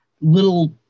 Little